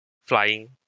Flying